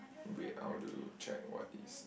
wait I want to check what is